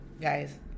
guys